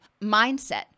mindset